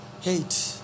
hate